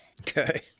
Okay